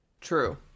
true